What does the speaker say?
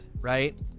right